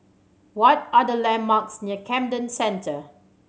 what are the landmarks near Camden Centre